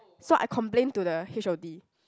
so I complain to the H_O_D